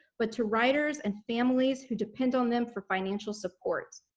but to writers and families who depend on them for financial support.